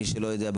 מי שלא יודע,